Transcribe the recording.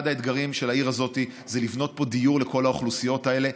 אחד האתגרים של העיר הזאת זה לבנות פה דיור לכל האוכלוסיות האלה.